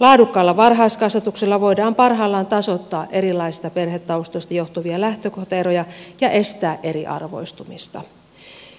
laadukkaalla varhaiskasvatuksella voidaan parhaimmillaan tasoittaa erilaisista perhetaustoista johtuvia lähtökohtaeroja ja estää eriarvoistumista